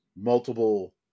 multiple